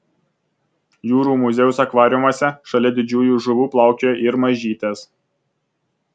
jūrų muziejaus akvariumuose šalia didžiųjų žuvų plaukioja ir mažytės